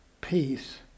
peace